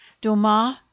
Dumas